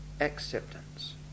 acceptance